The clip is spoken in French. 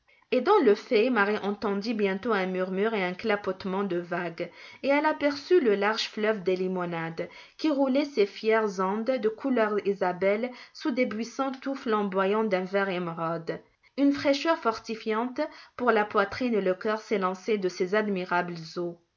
et dans le fait marie entendit bientôt un murmure et un clapotement de vagues et elle aperçut le large fleuve des limonades qui roulait ses fières ondes de couleur isabelle sous des buissons tout flamboyants d'un vert émeraude une fraîcheur fortifiante pour la poitrine et le cœur s'élançait de ces admirables eaux